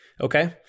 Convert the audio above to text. Okay